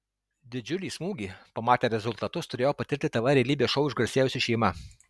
didžiulį smūgį pamatę rezultatus turėjo patirti tv realybės šou išgarsėjusi šeima